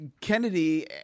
Kennedy